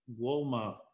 Walmart